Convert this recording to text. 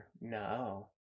No